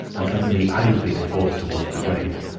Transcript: and suddenly i was being forced towards the grave.